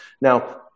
Now